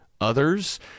others